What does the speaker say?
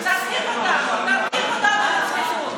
תרחיק אותנו, תרחיק אותנו לצמיתות,